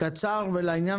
קצר ולעניין,